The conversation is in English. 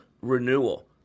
renewal